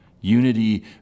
Unity